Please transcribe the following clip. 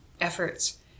efforts